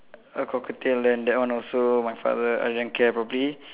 a cockatiel then that one also my father uh didn't care properly